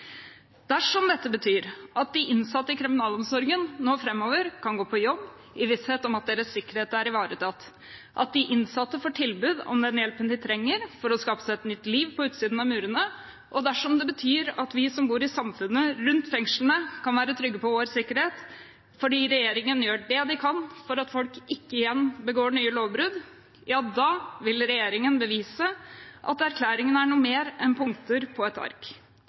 Dersom dette betyr at de ansatte i kriminalomsorgen nå framover kan gå på jobb i visshet om at deres sikkerhet er ivaretatt, at de innsatte får tilbud om den hjelpen de trenger for å skape seg et nytt liv på utsiden av murene, og dersom det betyr at vi som bor i samfunnet rundt fengslene, kan være trygge på vår sikkerhet fordi regjeringen gjør det den kan for at folk ikke igjen begår nye lovbrudd, vil regjeringen bevise at erklæringen er noe mer enn punkter på et ark.